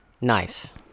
nice